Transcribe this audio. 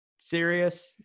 serious